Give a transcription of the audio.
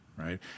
Right